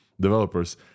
developers